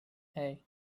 hey